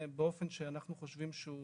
באופן שאנחנו חושבים שהוא